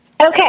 Okay